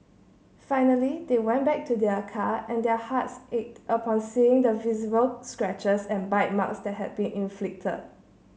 finally they went back to their car and their hearts ached upon seeing the visible scratches and bite marks that had been inflicted